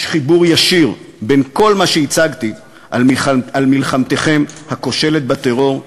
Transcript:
יש חיבור ישיר בין כל מה שהצגתי על מלחמתכם הכושלת בטרור,